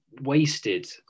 wasted